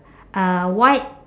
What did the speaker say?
uh white